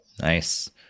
Nice